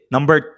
Number